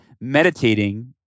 meditating